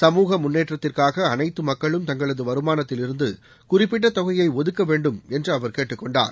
சமூக முன்னேற்றத்திற்காக அனைத்து மக்களும் தங்களது வருமானத்திலிருந்து குறிப்பிட்ட தொகையை ஒதுக்க வேண்டும் என்று அவர் கேட்டுக்கொண்டார்